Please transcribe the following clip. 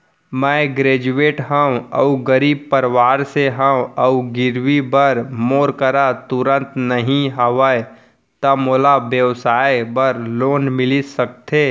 मैं ग्रेजुएट हव अऊ गरीब परवार से हव अऊ गिरवी बर मोर करा तुरंत नहीं हवय त मोला व्यवसाय बर लोन मिलिस सकथे?